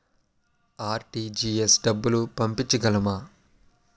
RTGS డబ్బులు పంపించగలము?